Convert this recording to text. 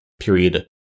period